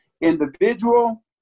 individual